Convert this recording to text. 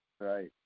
Right